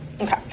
Okay